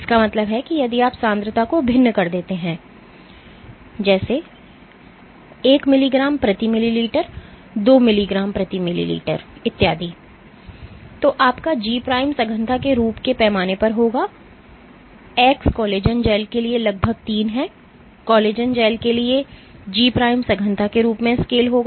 इसका मतलब है कि यदि आप सांद्रता को भिन्न करते हैं जो 1 मिलीग्राम प्रति मिलीलीटर 2 मिलीग्राम प्रति मिलि इत्यादि तो आपका G सघनता के रूप के पैमाने पर होगा X कोलेजन जैल के लिए लगभग 3 है कोलेजन जैल के लिए G सघनता के रूप में स्केल होगा